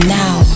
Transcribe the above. now